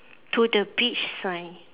to the beach sign